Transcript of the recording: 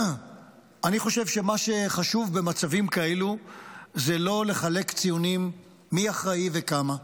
אני חושב שמה שחשוב במצבים כאלה זה לא לחלק ציונים מי אחראי וכמה.